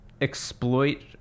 exploit